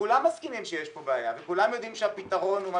וכולם מסכימים שיש כאן בעיה וכולם יודעים שהפתרון הוא מה